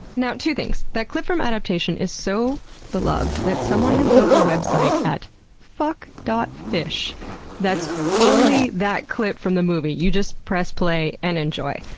now two things that clip from adaptation is so beloved that someone has built a website at fuck fish that's only that clip from the movie. you just press play and enjoy.